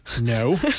No